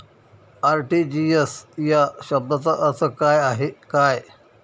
RTGS या शब्दाचा अर्थ काय?